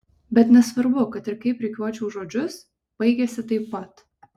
bet nesvarbu kad ir kaip rikiuočiau žodžius baigiasi taip pat